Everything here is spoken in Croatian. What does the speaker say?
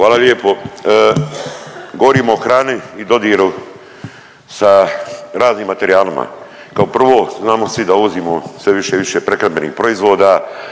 Hvala lijepo. Govorimo o hrani i dodiru sa raznim materijalima. Kao prvo znamo svi da uvozimo sve više i više prehrambenih proizvoda